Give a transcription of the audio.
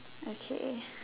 okay